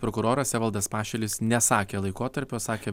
prokuroras evaldas pašilis nesakė laikotarpio sakė